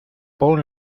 pon